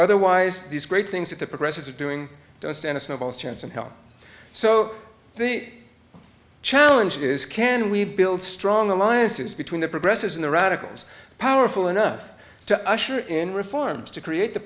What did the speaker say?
otherwise these great things that are progressive doing don't stand a snowball's chance in hell so the challenge is can we build strong alliances between the progressives in the radicals powerful enough to usher in reforms to create the